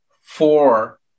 four